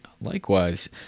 Likewise